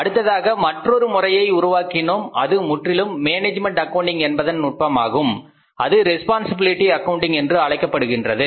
அடுத்ததாக மற்றொரு முறையை உருவாக்கினோம் அது முற்றிலும் மேனேஜ்மென்ட் அக்கவுண்டிங் என்பதன் நுட்பமாகும் அது ரெஸ்பான்சிபிலிட்டி ஆக்கவுண்டிங் என்று அழைக்கப்படுகின்றது